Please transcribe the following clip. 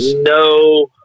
No